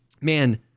man